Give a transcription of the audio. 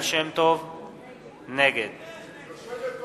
נגד ליה שמטוב,